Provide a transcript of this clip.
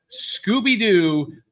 Scooby-Doo